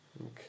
Okay